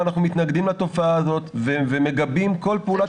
אנחנו מתנגדים לתופעה הזאת ואנחנו מגבים כל פעולת אכיפה.